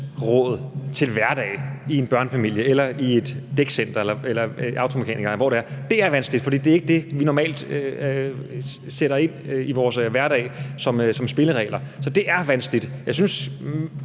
til hverdag i en børnefamilie eller i et dækcenter eller hos en automekaniker, eller hvor det er. Det er vanskeligt, for det er ikke det, vi normalt har som vores spilleregler i vores hverdag. Jeg synes,